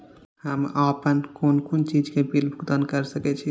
हम आपन कोन कोन चीज के बिल भुगतान कर सके छी?